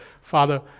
Father